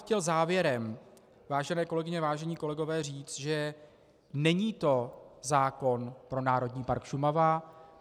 Chtěl bych závěrem, vážené kolegyně, vážení kolegové, říct, že není to zákon pro Národní park Šumava.